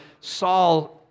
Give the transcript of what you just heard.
Saul